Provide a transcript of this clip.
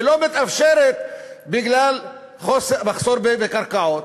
שלא מתאפשרת בגלל מחסור בקרקעות.